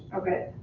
okay.